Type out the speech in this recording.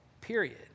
Period